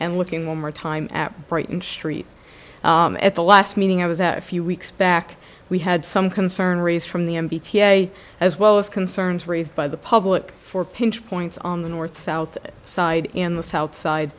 and looking for more time at brighton st at the last meeting i was at a few weeks back we had some concern raised from the m bta as well as concerns raised by the public for pinch points on the north south side in the south side